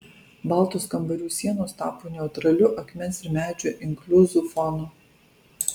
baltos kambarių sienos tapo neutraliu akmens ir medžio inkliuzų fonu